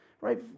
Right